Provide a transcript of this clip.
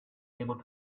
able